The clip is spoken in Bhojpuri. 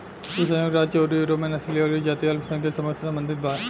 इ संयुक्त राज्य अउरी यूरोप में नस्लीय अउरी जातीय अल्पसंख्यक समूह से सम्बंधित बा